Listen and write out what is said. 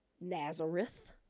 Nazareth